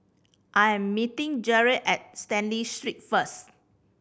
I am meeting Jere at Stanley Street first